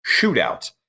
shootout